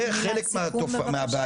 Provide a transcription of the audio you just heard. זה חלק מהבעיה